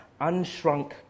unshrunk